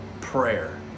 Prayer